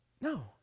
No